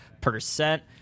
percent